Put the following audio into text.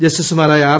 ജസ്റ്റിസുമാരായ ആർ